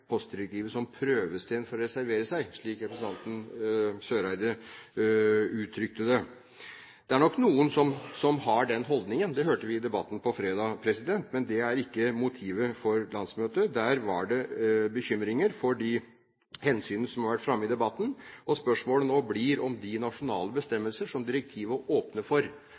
postdirektivet som en prøvestein for å reservere seg, slik representanten Eriksen Søreide uttrykte det. Det er nok noen som har den holdningen – det hørte vi i debatten på fredag – men det var ikke motivet for landsmøtet. Der var det bekymringer for de hensyn som har vært framme i debatten. Spørsmålet nå blir om de nasjonale bestemmelser som direktivet åpner for,